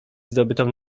zdobytą